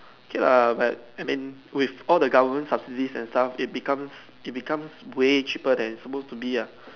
okay lah but I mean with all the government subsidies and stuff it becomes it becomes way cheaper than supposed to be lah